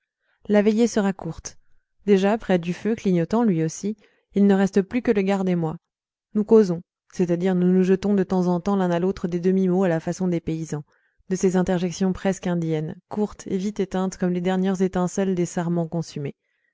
la veillée sera courte déjà près du feu clignotant lui aussi il ne reste plus que le garde et moi nous causons c'est-à-dire nous nous jetons de temps en temps l'un à l'autre des demi-mots à la façon des paysans de ces interjections presque indiennes courtes et vite éteintes comme les dernières étincelles des sarments consumés